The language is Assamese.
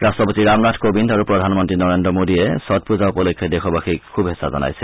ৰাট্টপতি ৰামনাথ কোবিন্দ আৰু প্ৰধানমন্ত্ৰী নৰেন্দ্ৰ মোডীয়ে ষট্ পূজা উপলক্ষে দেশবাসীক শুভেচ্ছা জনাইছে